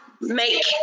make